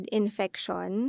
infection